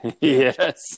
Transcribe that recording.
Yes